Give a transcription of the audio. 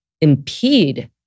impede